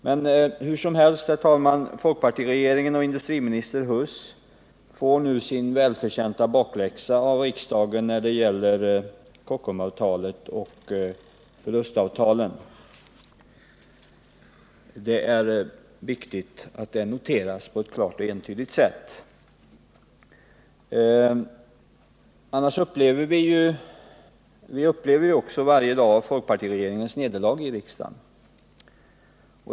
Men hur som helst, herr talman — folkpartiregeringen och industriminister Huss får nu sin välförtjänta bakläxa av riksdagen när det gäller Kockumsavtalet och förlustavtalen. Det är viktigt att det noteras på ett klart och entydigt sätt. Vi upplever ju också så gott som varje dag folkpartiets nederlag i riksdagen.